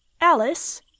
Alice